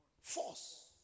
Force